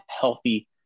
healthy